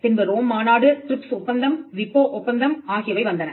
பின்பு ரோம் மாநாடு டிரிப்ஸ் ஒப்பந்தம் விபோ ஒப்பந்தம் ஆகியவை வந்தன